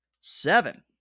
Seven